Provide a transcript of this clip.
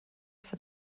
for